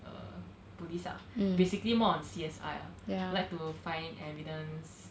err police ah basically more on C_S_I like to find evidence